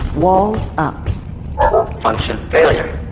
walls up function failure.